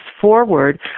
forward